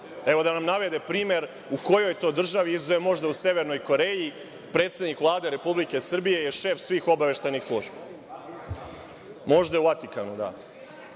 Neka nam navede primer u kojoj to državi, izuzev možda u Severnoj Koreji, predsednik Vlade Republike Srbije je šef svih obaveštajnih službi? Možda u Vatikanu, da. Ono